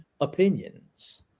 opinions